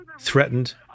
threatened